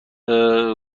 شما